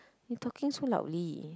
you talking so loudly